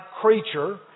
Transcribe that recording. creature